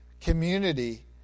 community